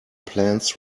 plans